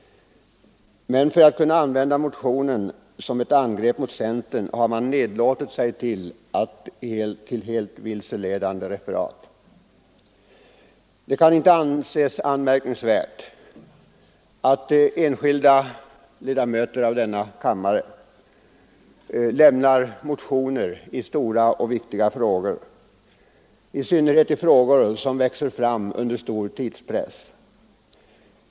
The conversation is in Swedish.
Men för att kunna använda motionen för angrepp mot centern har man nedlåtit sig till helt vilseledande referat. Det kan inte anses anmärkningsvärt att enskilda ledamöter av denna kammare väcker motioner i stora och viktiga frågor, i synnerhet i frågor som växer fram under stark tidspress.